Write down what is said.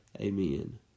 amen